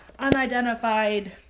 Unidentified